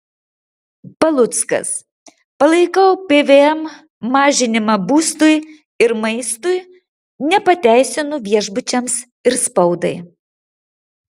paluckas palaikau pvm mažinimą būstui ir maistui nepateisinu viešbučiams ir spaudai